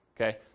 Okay